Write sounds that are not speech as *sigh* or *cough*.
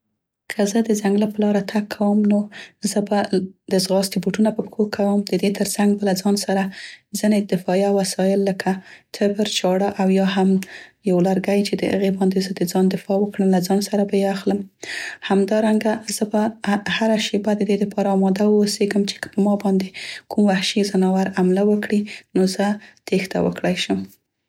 *hesitation* که زه د څنګله په لاره تګ کوم نو زه به، د زغاستې بوټونه په پښو کوم، د دې ترڅنګ به له ځان سره ځينې دفاعیه وسایل لکه تبر، چاړه او یا هم یو لرګی چې دې هغې باندې زه د څان دفاع وکړم *hesitation* له ځان سره به یې اخلم. همدارنګه زه به هره شیبه د دې دپاره اماده واوسیګم چې که په ما باندې کوم وحشي ځناور حمله وکړي نو زه تیښته وکړی شم.